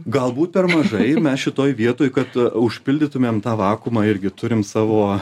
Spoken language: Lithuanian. galbūt per mažai mes šitoj vietoj kad užpildytumėm tą vakuumą irgi turim savo